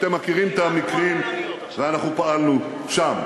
אתם מכירים את המקרים, ואנחנו פעלנו שם.